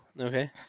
Okay